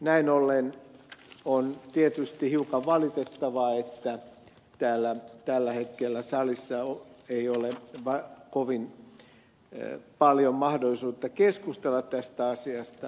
näin ollen on tietysti hiukan valitettavaa että täällä salissa ei tällä hetkellä ole kovin paljon mahdollisuutta keskustella tästä asiasta